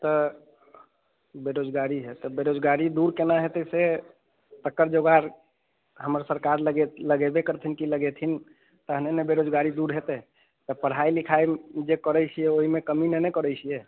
तऽ बेरोजगारी है बेरोजगारी दूर केना हेतै से एकर जोगाड़ हमर सरकार लग लगेबे करथिन की लगेथिन तहने ने बेरोजगारी दूर हेतै तऽ पढ़ाइ लिखाइ जे करैत छियै ओहिमे कमी नहि ने करैत छियै